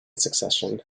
succession